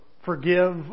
Forgive